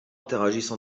interagissent